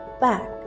back